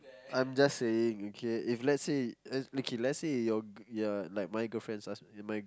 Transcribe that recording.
I'm just saying okay if let's say let's make it let's say if your ya like my girlfriends ask my